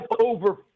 over